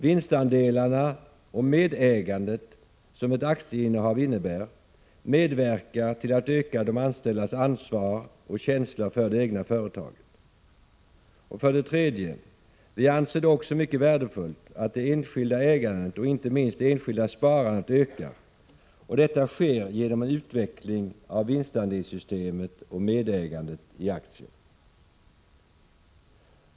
Vinstandelarna och medägandet som ett aktieinnehav innebär medverkar till att öka de anställdas ansvar och känsla för det egna företaget. 3. Vi anser det också mycket värdefullt att det enskilda ägandet och inte minst det enskilda sparandet ökar, och detta sker genom en utveckling av vinstandelssystemet och medägandet i aktier.